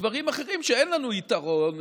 ודברים אחרים שאין לנו יתרון,